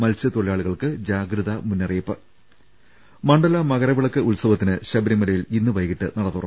മത്സ്യത്തൊഴി ലാളികൾക്ക് ജാഗ്രതാ മുന്നറിയിപ്പ് മണ്ഡല മകരവിളക്ക് ഉത്സവത്തിന് ശബരിമലയിൽ ഇന്ന് വൈകിട്ട് നട തുറ